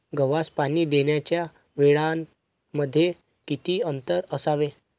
गव्हास पाणी देण्याच्या वेळांमध्ये किती अंतर असावे?